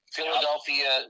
Philadelphia